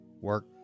work